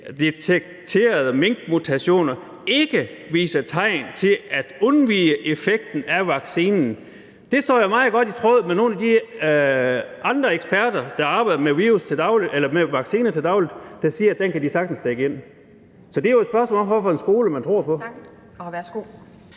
detekterede mink mutationer ikke viser tegn til at »undvige« effekten af vaccination.« Det ligger jo meget godt i tråd med nogle af de andre udsagn fra eksperter, der arbejder med vacciner til daglig, og som siger, at det kan de sagtens dække ind. Så det er jo et spørgsmål om, hvilken skole man tror på.